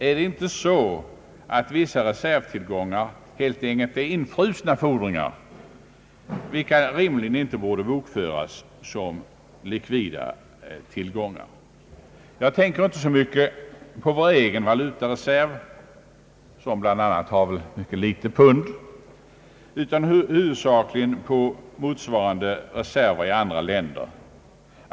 Är inte vissa reservtillgångar helt enkelt infrusna fordringar, vilka rimligen inte borde bokföras som likvida tillgångar? Jag tänker inte så mycket på vår egen valutareserv, som förfogar över mycket litet pund, utan huvudsakligen på motsvarande reserver i andra länder.